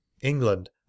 england